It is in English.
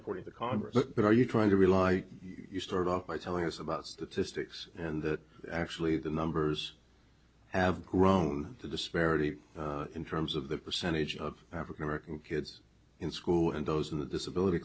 according to congress look but are you trying to rely you start off by telling us about statistics and that actually the numbers have grown the disparity in terms of the percentage of african american kids in school and those in the disability